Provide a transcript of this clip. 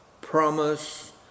promise